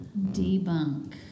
Debunk